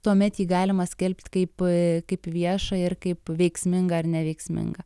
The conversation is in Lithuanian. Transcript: tuomet jį galima skelbti kaip kaip viešą ir kaip veiksmingą ar neveiksmingą